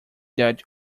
that